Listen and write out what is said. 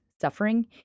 suffering